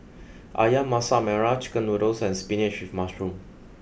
Ayam Masak Merah chicken noodles and spinach with mushroom